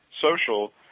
Social